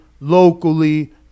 locally